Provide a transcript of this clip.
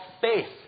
faith